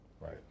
Right